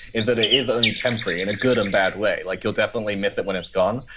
is that it is only temporary in a good and bad way. like you'll definitely miss it when it's gone,